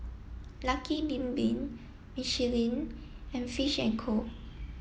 Lucky Bin Bin Michelin and Fish and Co